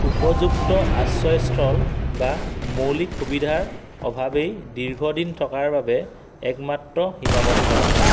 উপযুক্ত আশ্ৰয়স্থল বা মৌলিক সুবিধাৰ অভাৱেই দীৰ্ঘদিন থকাৰ বাবে একমাত্ৰ সীমাবদ্ধতা